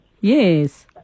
Yes